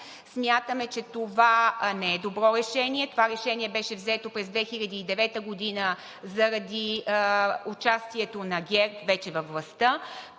Смятаме, че това не е добро решение. Това решение беше взето през 2009 г. заради участието вече на ГЕРБ във властта.